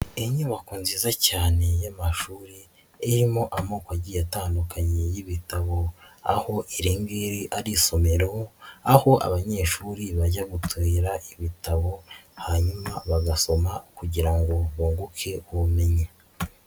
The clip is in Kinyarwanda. Inyubako nziza cyane y'amashuri, irimo amoko agiye atandukanye y'ibitabo. Aho iri ngiri ari isomero aho abanyeshuri bajya gutira ibitabo, hanyuma bagasoma kugira ngo bunguke ubumenyi.